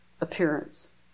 appearance